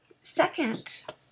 second